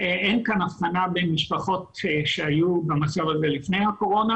אין כאן הבחנה בין משפחות שהיו במצב הזה לפני הקורונה